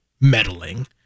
meddling